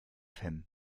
him